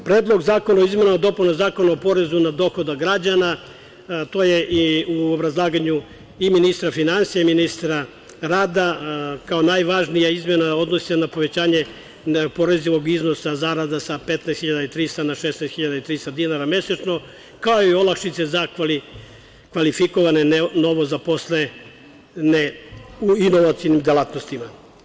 Predlog zakona o izmenama i dopunama Zakona o porezu na dohodak građana, to je i u obrazlaganju ministra finansija i ministra rada kao najvažnija izmena, a odnosi se na povećanje neoporezivog iznosa zarada sa 15.300 na 16.300 dinara mesečno, kao i olakšice za kvalifikovane novozaposlene u inovacionim delatnostima.